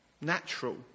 natural